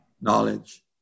knowledge